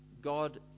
God